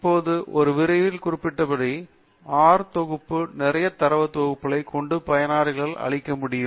இப்போது என் விரிவுரையில் குறிப்பிட்டுள்ளபடி ஆர் தொகுப்பு நிறைய தரவுத் தொகுப்புகளை கொண்டு பயனரால் அழிக்க முடியும்